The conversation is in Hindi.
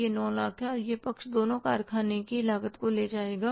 यह 9 लाख है और यह पक्ष दोनों कारखाने की लागत को ले जाएगा